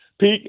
Pete